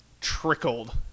trickled